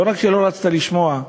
ולא רק שהיא לא רצתה לשמוע,